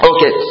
Okay